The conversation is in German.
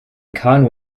kanu